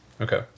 Okay